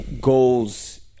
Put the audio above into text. goals